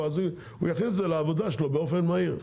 אז הוא יכניס את זה לעבודה שלו באופן מהיר.